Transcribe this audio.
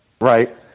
right